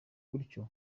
gutyo